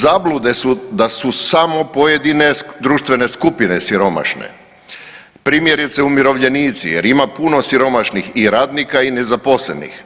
Zablude su da su samo pojedine društvene skupine siromašne, primjerice umirovljenici jer ima puno siromašnih i radnika i nezaposlenih.